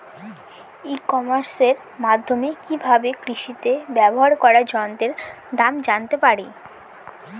ই কমার্সের মাধ্যমে কি ভাবে কৃষিতে ব্যবহার করা যন্ত্রের দাম জানতে পারি?